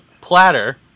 platter